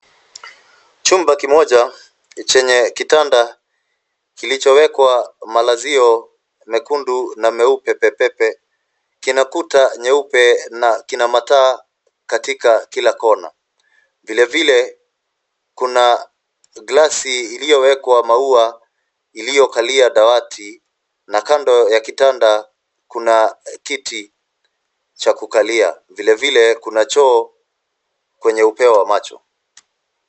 Chumba kimoja chenye kitanda kilichowekwa malazio mekundu na meupe pe pe pe; kina kuta nyeupe na kina mataa katika kila kona. Vilevile, kuna glasi iliyowekwa maua iliyokalia dawati. Na kando ya kitanda kuna kiti cha kukalia. Vilevile, kuna choo kwenye upeo wa macho.